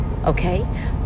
Okay